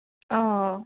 ꯑꯣ